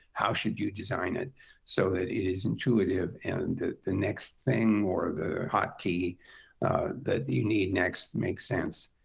how should you design it so that it is intuitive and the next thing or the hotkey that you need next makes sense?